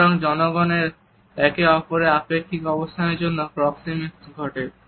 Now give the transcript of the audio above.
সুতরাং জনগণের একে অপরের আপেক্ষিক অবস্থানের জন্য প্রক্সিমিক্স ঘটে